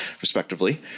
respectively